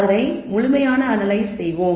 அதை முழுமையாக அனலைஸ் செய்வோம்